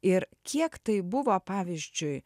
ir kiek tai buvo pavyzdžiui